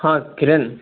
హా కిరణ్